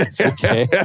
Okay